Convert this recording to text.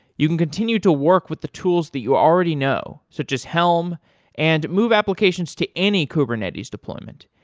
you can continue to work with the tools that you already know, such as helm and move applications to any kubernetes deployment.